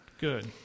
Good